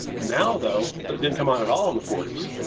now, though, that didn't come on at all in the forties,